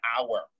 hour